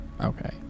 Okay